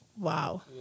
Wow